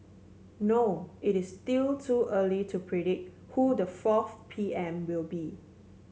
no it is still too early to predict who the fourth P M will be